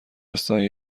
سایه